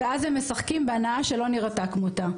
ואז, הם משחקים בהנאה שלא נראתה כמותה.